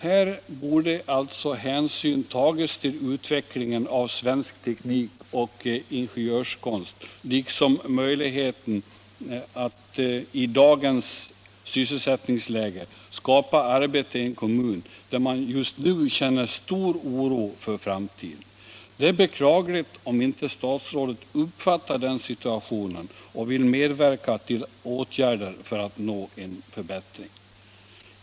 Här borde alltså hänsyn ha tagits till utvecklingen av svensk teknik och ingenjörskonst liksom till möjligheten att i dagens sysselsättningsläge skapa arbete i en kommun, där man just nu känner stor oro för framtiden. Det är beklagligt om inte statsrådet uppfattar den situationen och vill medverka till åtgärder för att nå en förbättring.